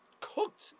cooked